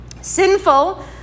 Sinful